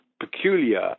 peculiar